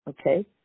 Okay